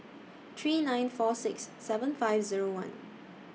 three nine four six seven five Zero one